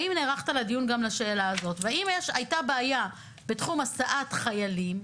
האם נערכת לדיון גם לשאלה הזאת והאם הייתה בעיה בתחום הסעת חיילים,